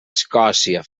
escòcia